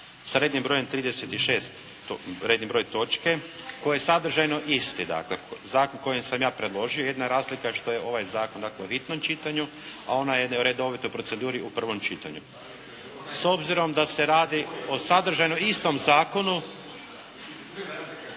s rednim brojem 36., redni broj točke koji je sadržajno isti, dakle, zakon koji sam ja predložio. Jedina razlika je što je ovaj zakon …/Govornik se ne razumije./… hitnom čitanju, a onaj je u redovitoj proceduri u prvom čitanju. S obzirom da se radi o sadržajno istom zakonu…